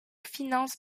finances